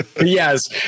Yes